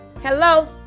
hello